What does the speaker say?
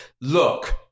look